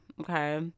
Okay